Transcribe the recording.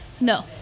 No